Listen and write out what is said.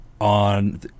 On